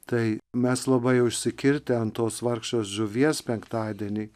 tai mes labai užsikirtę ant tos vargšės žuvies penktadienį